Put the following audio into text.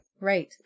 Right